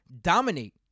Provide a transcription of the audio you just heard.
Dominate